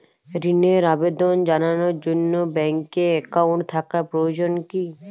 ঋণের আবেদন জানানোর জন্য ব্যাঙ্কে অ্যাকাউন্ট থাকা প্রয়োজন কী?